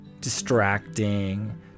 distracting